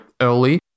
early